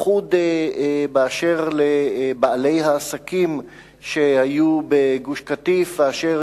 בייחוד באשר לבעלי העסקים שהיו בגוש-קטיף ואשר